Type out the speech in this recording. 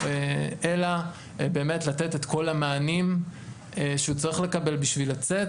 אלא באמת לתת את כל המענים שהוא צריך לקבל בשביל לצאת,